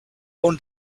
own